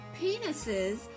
penises